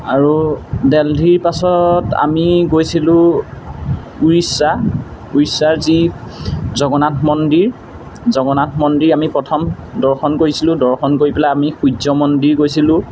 আৰু দেল্হিৰ পাছত আমি গৈছিলোঁ উৰিষ্যা উৰিষ্যাৰ যি জগন্নাথ মন্দিৰ জগন্নাথ মন্দিৰ আমি প্ৰথম দৰ্শন কৰিছিলোঁ দৰ্শন কৰি পেলাই আমি সূৰ্য মন্দিৰ গৈছিলোঁ